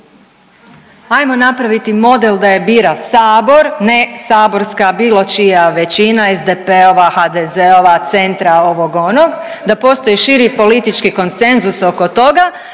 Hajmo napraviti model da je bira Sabor, ne saborska bilo čija većina, SDP-ova, HDZ-ova, Centra, ovog, onog, da postoji širi politički konsenzus oko toga,